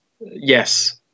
yes